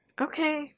Okay